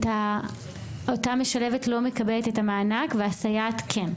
את המענק והסייעת כן?